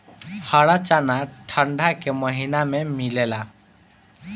हरा चना ठंडा के महिना में मिलेला